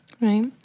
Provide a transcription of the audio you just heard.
Right